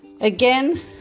Again